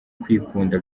kwikunda